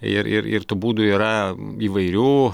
ir ir ir tų būdų yra įvairių